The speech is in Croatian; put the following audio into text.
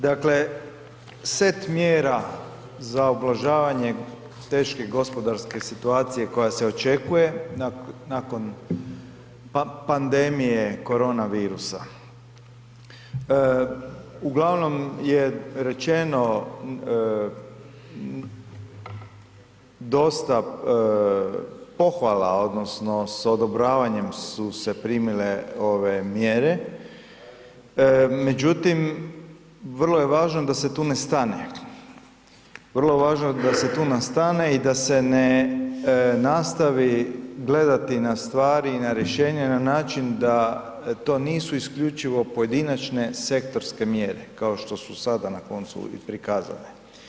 Dakle, set mjera za ublažavanje teške gospodarske situacije koja se očekuje nakon pandemije korona virusa uglavnom je rečeno dosta pohvala odnosno s odobravanjem su se primile ove mjere, međutim vrlo je važno da se tu ne stane, vrlo je važno da se tu ne stane i da se ne nastavi gledati na stvari i na rješenja na način da to nisu isključivo pojedinačne sektorske mjere kao što su sada na koncu i prikazane.